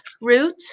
root